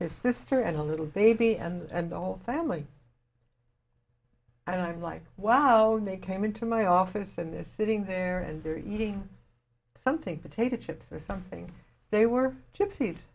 his sister and a little baby and the whole family and i'm like wow they came into my office in this sitting there and they're eating something potato chips or something they were gypsies